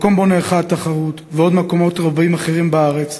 המקום שבו נערכה התחרות ועוד מקומות רבים אחרים בארץ